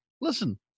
listen